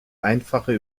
einfache